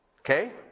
Okay